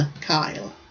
Kyle